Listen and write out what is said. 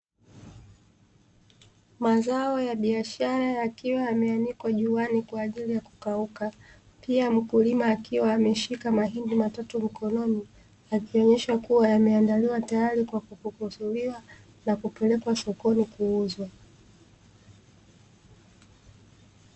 Mazao ya biashara yakiwa yameanikwa juani kwa ajili ya kukauka, pia mkulima akiwa ameshika mahindi matatu mkononi, akionyesha kuwa yameandaliwa tayari kwa kupukuchuliwa na kupelekwa sokoni kuuzwa.